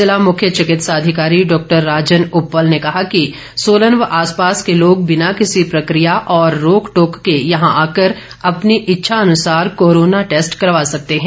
जिला मुख्य चिकित्सा अधिकारी डॉक्टर राजन उप्पल ने कहा कि सोलन व आसपास के लोग बिना किसी प्रक्रिया और रोक टोक के यहां आकर अपनी इच्छा अनुसार कोरोना टैस्ट करवा सकते हैं